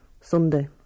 Sunday